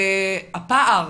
והפער